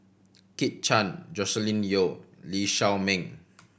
Kit Chan Joscelin Yeo Lee Shao Meng